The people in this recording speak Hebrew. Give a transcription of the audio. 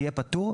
יהיה פטור,